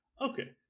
okay